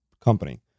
company